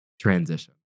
transition